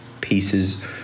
pieces